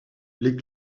les